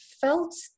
felt